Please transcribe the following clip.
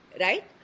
Right